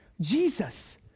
Jesus